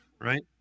Right